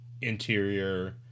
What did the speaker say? interior